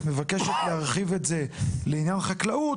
ואת מבקשת להרחיב את זה לעניין חקלאות,